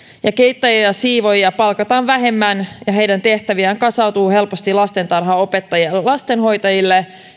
ja keittäjiä ja siivoojia palkataan vähemmän ja heidän tehtäviään kasautuu helposti lastentarhanopettajille ja lastenhoitajille